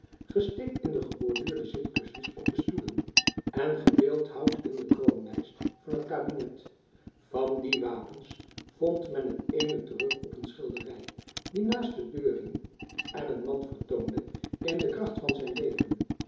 gestikt in de geborduurde zitkussens op de stoelen en gebeeldhouwd in de kroonlijst van het kabinet van die wapens vond men het eene terug op een schildery die naast de deur hing en een man vertoonde in de kracht van zijn leven